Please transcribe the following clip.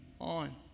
on